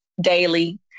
daily